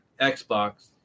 Xbox